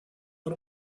but